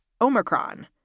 Omicron